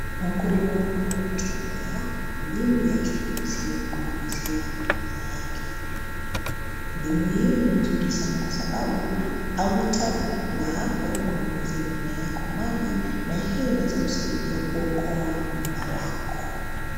Mkulima huyu anatumia mbinu ya kinyunyuzio kunyunyuzia mimea yake. Mbinu hii ni nzuri kwa sababu hauitaji kukuwa hapo kunyunyuzia mimea yako maji na hii inaweza kusaidia kukokoa muda wako.